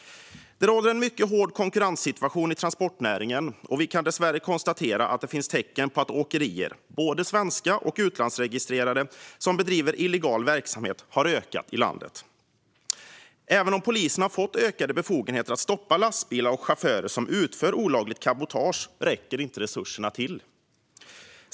Det råder mycket hård konkurrens i transportnäringen, och vi kan dessvärre konstatera att det finns tecken på att antalet åkerier, både svenska och utlandsregistrerade, som bedriver illegal verksamhet har ökat i landet. Även om polisen har fått ökade befogenheter att stoppa lastbilar och chaufförer som utför olagligt cabotage räcker inte resurserna till.